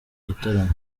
gitaramo